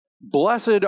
Blessed